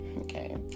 okay